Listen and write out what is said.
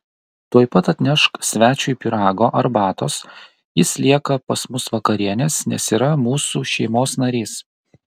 tuoj pat atnešk svečiui pyrago arbatos jis lieka pas mus vakarienės nes yra mūsų šeimos narys